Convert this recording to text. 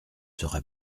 sera